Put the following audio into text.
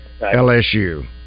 LSU